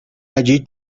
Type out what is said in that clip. allí